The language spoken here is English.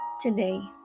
today